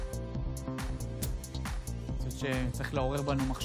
זה שיקולי היבואן,